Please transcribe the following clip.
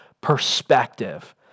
perspective